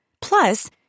Plus